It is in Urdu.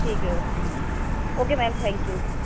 ٹھیک ہے okay ma'am okay ma'am thank you